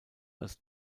als